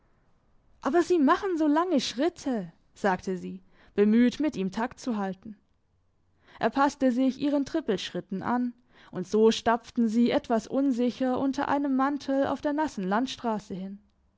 aber sie machen so lange schritte sagte sie bemüht mit ihm takt zu halten er passte sich ihren trippelschritten an und so stapften sie etwas unsicher unter einem mantel auf der nassen landstrasse hin